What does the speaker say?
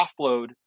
offload